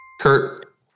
Kurt